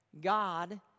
God